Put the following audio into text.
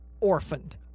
orphaned